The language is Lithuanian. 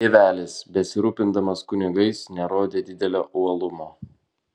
tėvelis besirūpindamas kunigais nerodė didelio uolumo